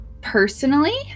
Personally